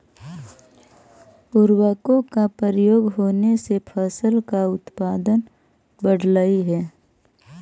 उर्वरकों का प्रयोग होने से फसल का उत्पादन बढ़लई हे